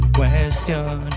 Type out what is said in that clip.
question